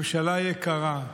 ממשלה יקרה: